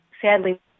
sadly